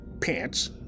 pants